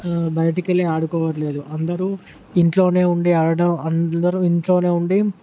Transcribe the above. బయటికివెళ్లి ఆడుకోవట్లేదు అందరూ ఇంట్లోనే ఉండి ఆడడం అందరూ ఇంట్లోనే ఉండి